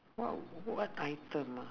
what what item ah